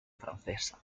francesa